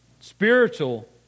spiritual